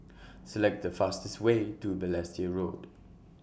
Select The fastest Way to Balestier Road